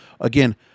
again